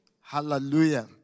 Hallelujah